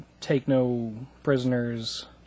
take-no-prisoner's